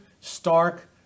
stark